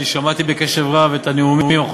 אני שמעתי בקשב רב את הנאומים, מה דעתך עליהם?